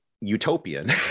utopian